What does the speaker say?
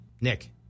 Nick